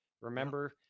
Remember